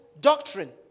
doctrine